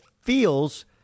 feels